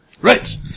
Right